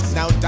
Now